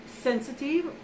sensitive